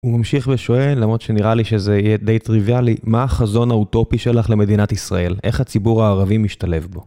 הוא ממשיך ושואל, למרות שנראה לי שזה יהיה די טריוויאלי, מה החזון האוטופי שלך למדינת ישראל? איך הציבור הערבי משתלב בו?